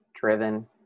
driven